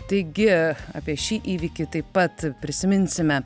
taigi apie šį įvykį taip pat prisiminsime